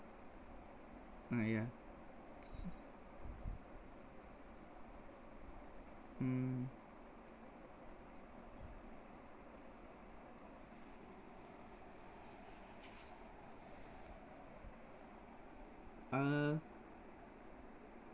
ah yah mm uh